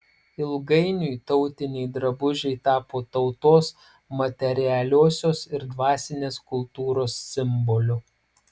ilgainiui tautiniai drabužiai tapo tautos materialiosios ir dvasinės kultūros simboliu